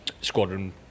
squadron